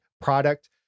product